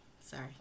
sorry